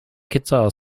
guitar